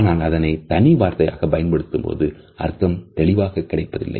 இதனால் அதனை தனி வார்த்தையாக பயன்படுத்தும்போது அர்த்தம் தெளிவாக கிடைப்பதில்லை